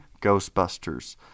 Ghostbusters